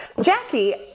Jackie